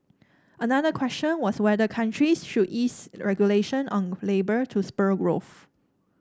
another question was whether countries should ease regulation on labour to spur growth